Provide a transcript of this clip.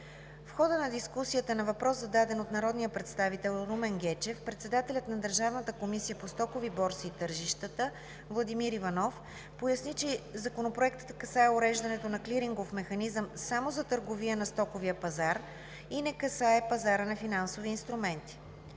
В хода на дискусията на въпрос, зададен от народния представител Румен Гечев, председателят на Държавната комисия по стоковите борси и тържищата Владимир Иванов поясни, че Законопроектът касае уреждането на клирингов механизъм само за търговия на стоковия пазар и не касае пазара на финансови инструменти.